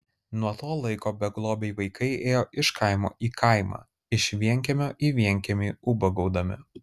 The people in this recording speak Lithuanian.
nuo to laiko beglobiai vaikai ėjo iš kaimo į kaimą iš vienkiemio į vienkiemį ubagaudami